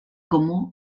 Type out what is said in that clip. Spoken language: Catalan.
comú